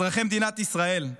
אזרחי מדינת ישראל,